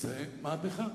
זו מהפכה.